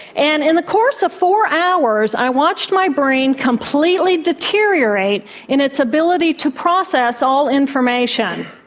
and in the course of four hours, i watched my brain completely deteriorate in its ability to process all information.